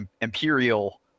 Imperial